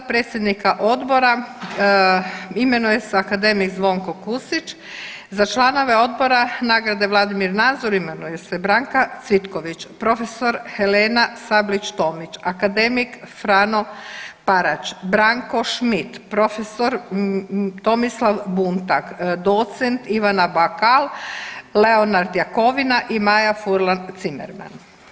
Pa predsjednika odbora imenuje se akademik Zvonko Kusić, za članove Odbora nagrade Vladimir Nazor imenuju se Branka Cvitković, prof. Helena Sablić Tomić, akademik Frano Parać, Branko Šmit, prof. Tomislav Buntak, doc. Ivana Bakal, Leonard Jakovina i Maja Fural Cimerman.